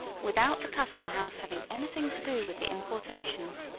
without the custom house having anything to do with the importations.